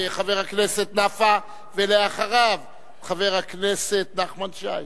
חבר הכנסת נפאע, ואחריו, חבר הכנסת נחמן שי.